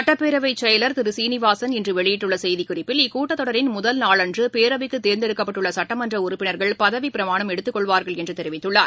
சட்டப்பேரவைசெயலர் திருசீனிவாசன் இன்றுவெளியிட்டுள்ளசெய்திக்குறிப்பில் இக்கூட்டத்தொடரின் நாளன்றுபேரவைக்குதேர்ந்தெடுக்கப்பட்டுள்ளசட்டமன்றஉறுப்பினர்கள் பதவிப்பிரமாணம் முதல் எடுத்துக்கொள்வார்கள் என்றுதெரிவித்துள்ளார்